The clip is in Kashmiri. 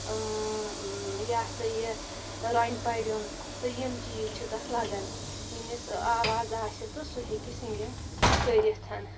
یہِ ہَسا یہِ رۄنہِ پَرٛیُن تہٕ یِم چیٖز چھِ تَتھ لگان ییٚمِس آواز آسہِ تہٕ سُہ ہیٚکہِ سِنٛگِنٛگ کٔرِتھ